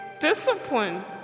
Discipline